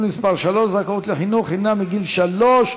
מס' 3) (זכאות לחינוך חינם מגיל שלוש),